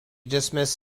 dismiss